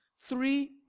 three